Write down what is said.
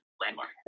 Landmark